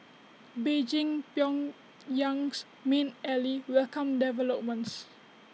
Beijing Pyongyang's main ally welcomed developments